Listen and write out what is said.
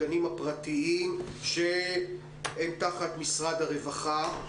הגנים הפרטיים שהם תחת משרד הרווחה,